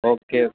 okay